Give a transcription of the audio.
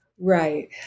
Right